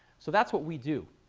so that's what we do.